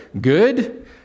Good